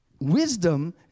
Wisdom